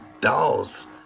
dolls